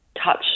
touch